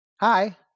Hi